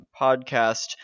podcast